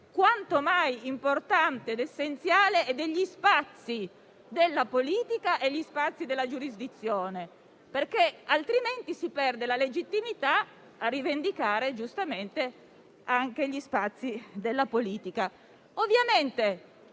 quanto mai importanti ed essenziali, e degli spazi della politica e della giurisdizione. Altrimenti si perde la legittimità a rivendicare, giustamente, gli spazi della politica.